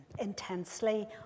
intensely